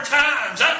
times